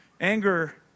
Anger